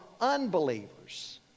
unbelievers